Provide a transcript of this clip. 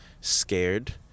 scared